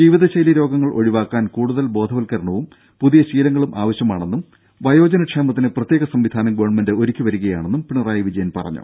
ജീവിതശൈലി രോഗങ്ങൾ ഒഴിവാക്കാൻ കൂടുതൽ ബോധവത്കരണവും പുതിയ ശീലങ്ങളും ആവശ്യമാണെന്നും വയോജനക്ഷേമത്തിന് പ്രത്യേക സംവിധാനം ഗവൺമെന്റ് ഒരുക്കിവരികയാണെന്നും പിണറായി വിജയൻ പറഞ്ഞു